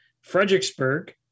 fredericksburg